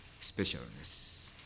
specialness